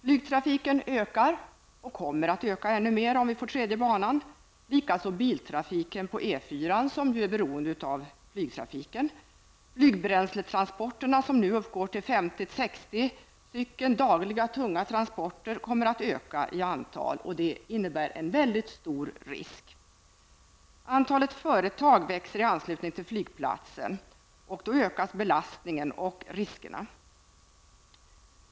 Flygtrafiken ökar och kommer att öka ännu mer om vi får den tredje banan. Detsamma gäller biltrafiken på E 4, som ju är beroende av flygtrafiken. dagliga tunga transporter, kommer att öka i antal, och det innebär mycket stora risker. Antalet företag i anslutning till flygplatsen växer, och därmed ökas belastningen och riskerna.